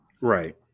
right